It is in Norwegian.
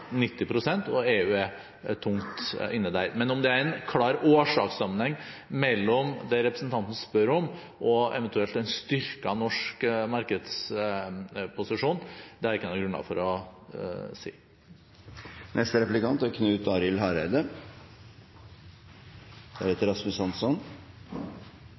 pst., og EU er tungt inne der. Men om det er en klar årsakssammenheng mellom det representanten spør om, og eventuelt en styrket norsk markedsposisjon, har jeg ikke noe grunnlag for å